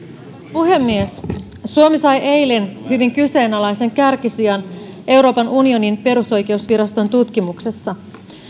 puhemies suomi sai eilen hyvin kyseenalaisen kärkisijan euroopan unionin perusoikeusviraston tutkimuksessa